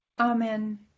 Amen